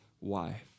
wife